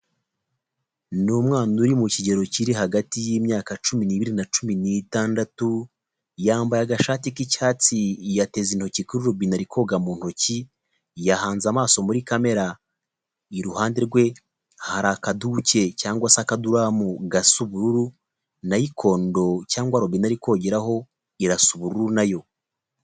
Ni umwana uri mu kigero kiri hagati y'imyaka cumi n'ibiri na cumi n'itandatu, yambaye agashati k'icyatsi yateze intoki kuri robine ari koga mu ntoki, yahanze amaso muri kamera, iruhande rwe hari akadubuke cyangwa se akaduramu gasa ubururu, nayikondo cyangwa se robine ari kogeraho irasa ubururu na yo.